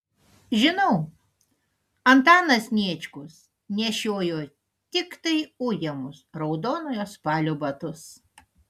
žinau antanas sniečkus nešiojo tiktai ujamus raudonojo spalio batus